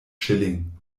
schilling